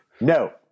No